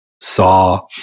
saw